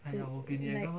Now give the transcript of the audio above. like